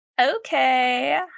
okay